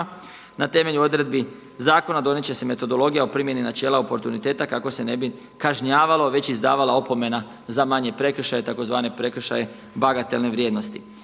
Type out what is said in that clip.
Na temelju odredbi zakona donijet će se metodologija o primjeni načela oportuniteta kako se ne bi kažnjavalo već izdavala opomena za manje prekršaje, tzv. prekršaje bagatelne vrijednosti.